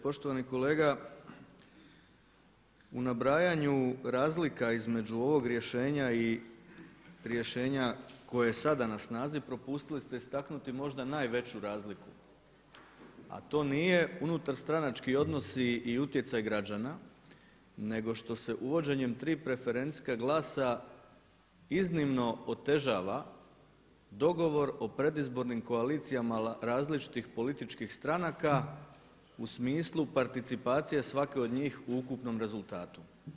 Poštovani kolega u nabrajanju razlika između ovog rješenja i rješenja koje je sada na snazi propustili ste istaknuti možda najveću razliku a to nije unutar stranački odnosi i utjecaj građana nego što se uvođenjem tri preferencijska glasa iznimno otežava dogovor o predizbornim koalicijama različitih političkih stranaka u smislu participacije svake od njih u ukupnom rezultatu.